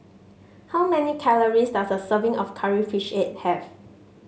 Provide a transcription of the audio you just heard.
how many calories does a serving of Curry Fish Head have